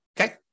okay